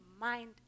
mind